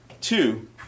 two